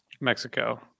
Mexico